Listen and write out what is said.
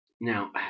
Now